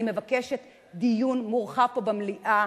אני מבקשת דיון מורחב פה במליאה,